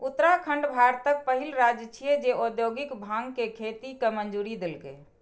उत्तराखंड भारतक पहिल राज्य छियै, जे औद्योगिक भांग के खेती के मंजूरी देलकै